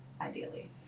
ideally